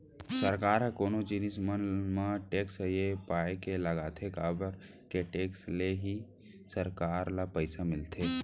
सरकार ह कोनो जिनिस मन म टेक्स ये पाय के लगाथे काबर के टेक्स ले ही सरकार ल पइसा मिलथे